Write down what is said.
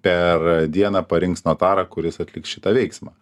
per dieną parinks notarą kuris atliks šitą veiksmą